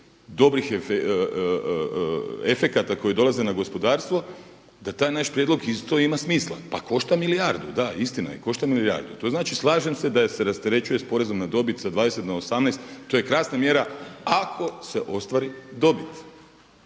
dobrih efekata koji dolaze na gospodarstvo da taj naš prijedlog isto ima smisla, pa košta milijardu, da istina je košta milijardu. To znači slažem se da se rasterećuje s porezom na dobit sa 20 na 18 to je krasna mjera ako se ostvari dobit.